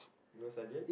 no sergeant